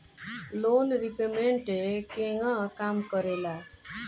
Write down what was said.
Loan repayment केगा काम करेला?